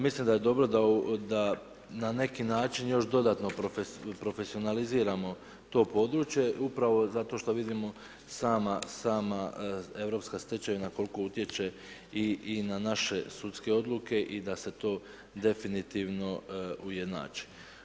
Mislim da je dobro da na neki način još dodatno profesionaliziramo to područje, upravo zato što vidimo sama europska stečevina koliko utječe i na naše sudske odluke i da se to definitivno ujednači.